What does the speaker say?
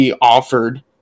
offered